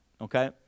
okay